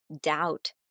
doubt